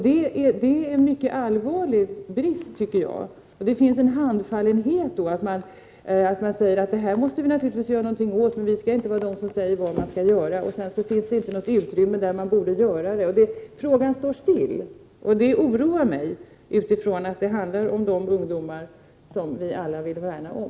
Det är en mycket allvarlig brist, tycker jag. Det finns en handfallenhet. Man säger att det måste göras något åt detta, men att vi inte skall vara de som säger vad som skall göras. Sedan finns det inte något utrymme där insatserna borde göras. Frågan står stilla. Det oroar mig. För det handlar om de ungdomar som vi alla vill värna om.